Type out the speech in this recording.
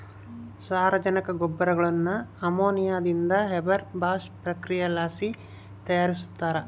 ಸಾರಜನಕ ಗೊಬ್ಬರಗುಳ್ನ ಅಮೋನಿಯಾದಿಂದ ಹೇಬರ್ ಬಾಷ್ ಪ್ರಕ್ರಿಯೆಲಾಸಿ ತಯಾರಿಸ್ತಾರ